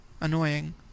Annoying